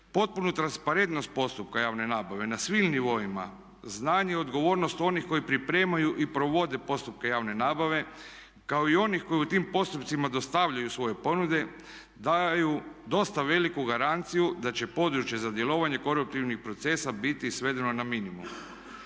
potpunu transparentnost postupka javne nabave na svim nivoima znanje i odgovornost onih koji pripremaju i provode postupke javne nabave kao i onih koji u tim postupcima dostavljaju svoje ponude daju dosta veliku garanciju da će područje za djelovanje koruptivnih procesa biti svedeno na minimum.